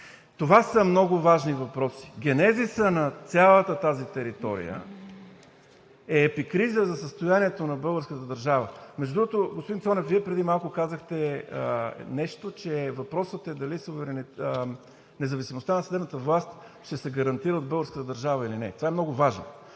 Това са много важни въпроси. Генезисът на цялата тази територия е епикриза за състоянието на българската държава. Между другото, господин Цонев, Вие преди малко казахте нещо, че въпросът е дали независимостта на съдебната власт ще се гарантира от българската държава или не. Това е много важно,